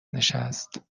نشست